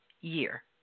year